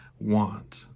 want